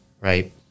right